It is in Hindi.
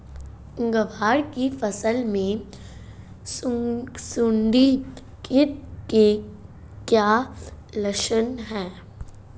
ग्वार की फसल में सुंडी कीट के क्या लक्षण है?